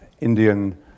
Indian